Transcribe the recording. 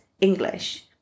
English